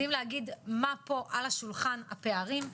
יודעים לומר מה פה על השולחן הם הפערים,